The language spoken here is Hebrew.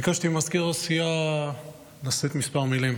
ביקשתי ממזכיר הסיעה לשאת כמה מילים.